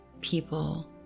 people